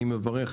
אני מברך,